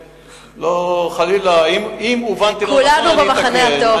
לא, חלילה, אם הובנתי, כולנו במחנה הטוב.